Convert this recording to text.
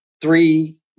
three